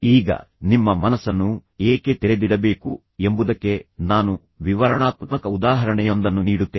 ಈಗ ನಿಮ್ಮ ಮನಸ್ಸನ್ನು ಏಕೆ ತೆರೆದಿಡಬೇಕು ಎಂಬುದಕ್ಕೆ ನಾನು ವಿವರಣಾತ್ಮಕ ಉದಾಹರಣೆಯೊಂದನ್ನು ನೀಡುತ್ತೇನೆ